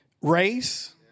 race